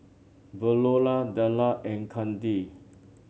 Veola Dellar and Kandi